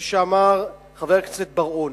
כפי שאמר חבר הכנסת בר-און,